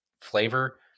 flavor